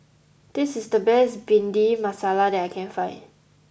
this is the best Bhindi Masala that I can find